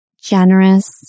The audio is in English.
generous